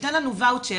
שייתן לנו וואוצ'ר,